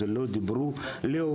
לא דיברו על זה,